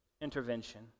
intervention